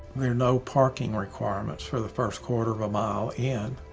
there are no parking requirements for the first quarter of a mile in.